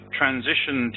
transition